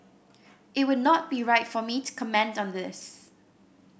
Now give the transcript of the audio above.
it would not be right for me to comment on this